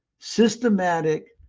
systematic,